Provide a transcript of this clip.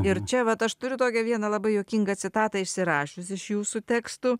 ir čia vat aš turiu tokią vieną labai juokingą citatą išsirašius iš jūsų tekstų